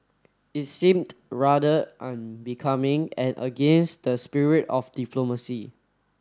it seemed rather unbecoming and against the spirit of diplomacy